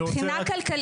מבחינה כלכלית,